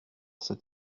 cet